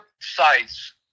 sites